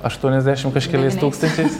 aštuoniasdešim kažkel tūkstančiais